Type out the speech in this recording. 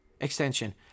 extension